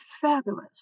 fabulous